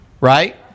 right